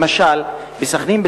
למשל בסח'נין,